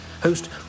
host